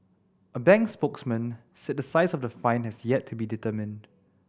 a bank spokesman said the size of the fine had yet to be determined